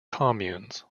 communes